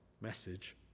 message